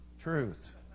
truth